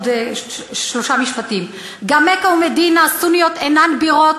עוד שלושה משפטים גם מכה ומדינה הסוניות אינן בירות,